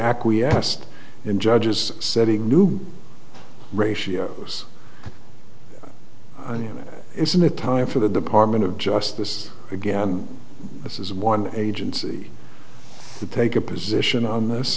acquiesced in judges setting new ratios i mean isn't it time for the department of justice again this is one agency to take a position on this